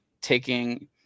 taking